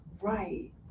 Right